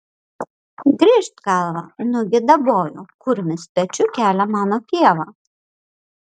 grįžt galvą nugi daboju kurmis pečiu kelia mano pievą